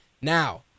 Now